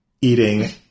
eating